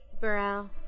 Burrell